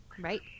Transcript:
right